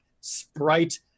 sprite